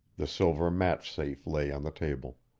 the silver match-safe lay on the table.